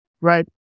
right